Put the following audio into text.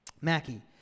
Mackie